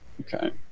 Okay